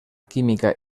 química